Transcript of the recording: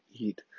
eat